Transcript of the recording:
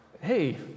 hey